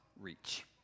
reach